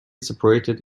separated